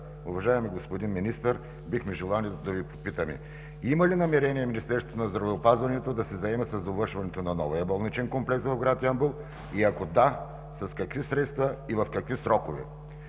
уважаеми господин Министър, бихме желали да Ви попитаме: има ли намерение Министерството на здравеопазването да се заеме с довършването на новия болничен комплекс в град Ямбол и ако да, с какви средства и в какви срокове?